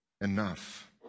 Enough